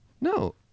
No